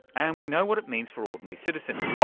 and we know what it means for ordinary citizens,